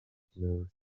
moves